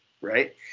right